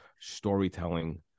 storytelling